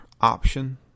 option